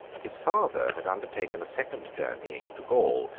his father had undertaken a second journey into gaul,